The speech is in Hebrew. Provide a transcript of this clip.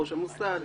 ראש המוסד,